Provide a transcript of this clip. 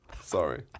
Sorry